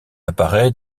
apparaît